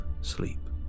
sleep